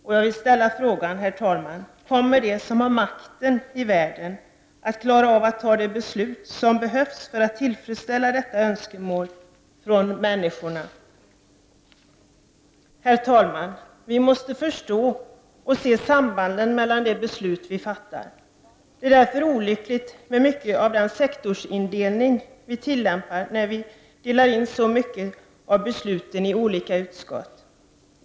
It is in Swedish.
Jag vill ställa frågan: Kommer de som har makten i världen att klara av att fatta de beslut som behövs för att tillfredsställa dessa önskemål från människorna? Herr talman! Vi måste förstå och se sambanden mellan de beslut vi fattar. Det är därför olyckligt med mycket av den sektorsindelning vi tillämpar när vi delar in så många av besluten i olika utskott.